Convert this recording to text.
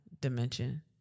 dimension